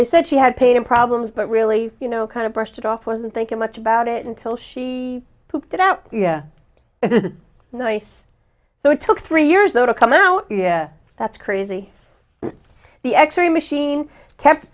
they said she had paid him problems but really you know kind of brushed it off wasn't thinking much about it until she puked it out yeah nice so it took three years though to come out yeah that's crazy the x ray machine kept